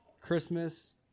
Christmas